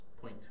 point